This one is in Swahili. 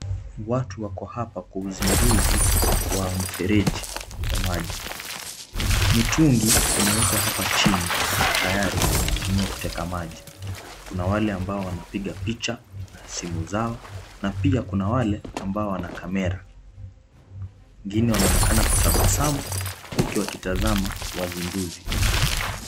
Watu wako hapa kwa uzinduzi wa mfereji ya maji. Mitungi imewekwa hapa chini tayari kutumiwa kuteka maji. Kuna wale ambao wanapiga picha na simu zao na pia kuna wale ambao wana kamera. Wengine wanaonekana kutabasamu huku wakitazama wazinduzi.